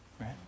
right